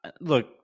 look